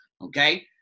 okay